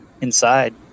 inside